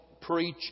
preach